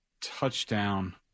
touchdown